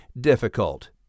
difficult